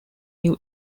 new